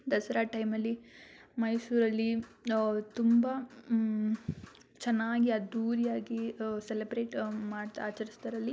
ದಸರಾ ಟೈಮಲ್ಲಿ ಮೈಸೂರಲ್ಲಿ ತುಂಬ ಚೆನ್ನಾಗಿ ಅದ್ಧೂರಿಯಾಗಿ ಸೆಲೆಬ್ರೇಟ್ ಮಾಡ್ತಾ ಆಚರಿಸ್ತಾರಲ್ಲಿ